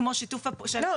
כמו --- לא,